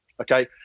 okay